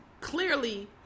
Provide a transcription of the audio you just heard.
clearly